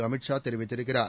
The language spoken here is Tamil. அமித்ஷாதெரிவித்திருக்கிறார்